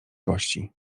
gości